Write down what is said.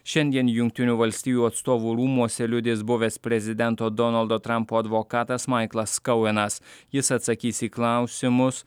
šiandien jungtinių valstijų atstovų rūmuose liudys buvęs prezidento donaldo trampo advokatas maiklas skouvenas jis atsakys į klausimus